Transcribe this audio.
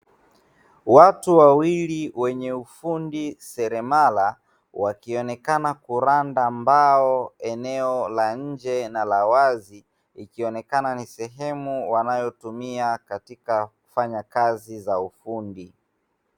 Watu wawili wenye ufundi seremala, wakionekana kuranda mbao eneo la nje na la wazi; ikionekana ni sehemu wanayotumia katika kufanya kazi za ufundi.